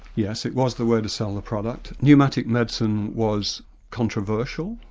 yes, it was the way to sell the product. pneumatic medicine was controversial,